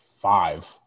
five